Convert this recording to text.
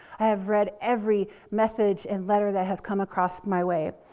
i have read every message and letter that has come across my way.